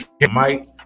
Mike